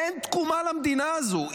אין תקומה למדינה הזו.